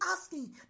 asking